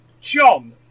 John